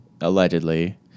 allegedly